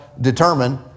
determine